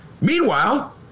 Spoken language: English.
Meanwhile